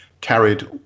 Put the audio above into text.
carried